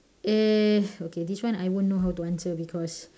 err okay this one I won't know how to answer because